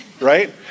right